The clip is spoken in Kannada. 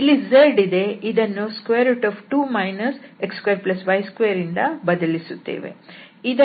ಇಲ್ಲಿ z ಇದೆ ಇದನ್ನು 2 x2y2 ದಿಂದ ಬದಲಿಸುತ್ತೇವೆ